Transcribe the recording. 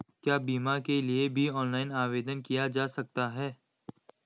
क्या बीमा के लिए भी ऑनलाइन आवेदन किया जा सकता है?